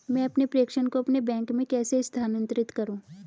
मैं अपने प्रेषण को अपने बैंक में कैसे स्थानांतरित करूँ?